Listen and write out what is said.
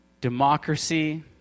democracy